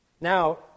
Now